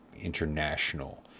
international